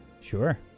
Sure